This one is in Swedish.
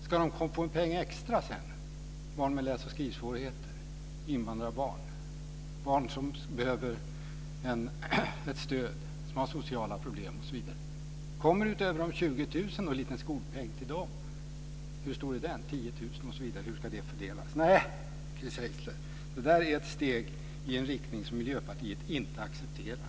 Ska det utgå en extra skolpeng sedan till barn med läs och skrivsvårigheter, invandrarbarn, barn som behöver stöd, som har sociala problem osv.? Kommer det, utöver de 20 000, en liten skolpeng till dem? Hur stor är den? 10 000? Hur ska den fördelas? Nej, Chris Heister, det där är ett steg i en riktning som Miljöpartiet inte accepterar.